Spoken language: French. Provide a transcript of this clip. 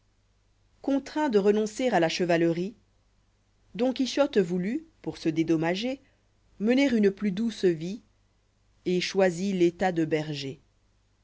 cjosrnaint de renoncer à la chevalerie don quichotte voulut pour se dédommager mener une plus douce vie et choisit l'état de berger